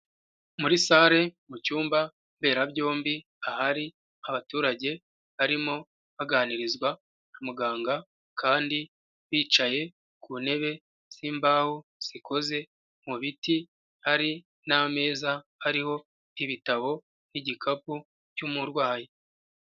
Muri sare mu cyumba mberabyombi ahari abaturage barimo baganirizwa na muganga kandi bicaye ku ntebe z'imbaho zikoze mu biti, hari n'ameza ariho ibitabo n'igikapu cy'umurwayi.